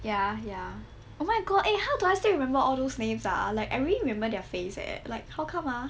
ya ya oh my god eh how do I still remember all those names ah like I really remember their face eh like how come ah